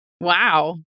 Wow